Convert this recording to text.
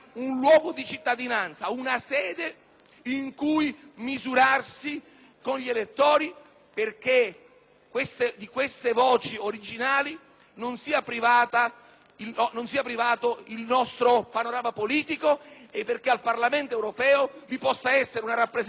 in cui misurarsi con gli elettori, perché di queste voci originali non sia privato il nostro panorama politico e perché al Parlamento europeo possa sedere una rappresentanza più diffusa degli interessi,